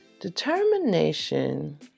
Determination